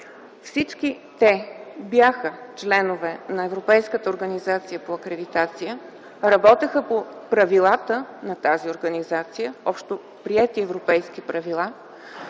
Всички те бяха членове на Европейската организация по акредитация, работеха по правилата на тази организация – общоприети европейски правила,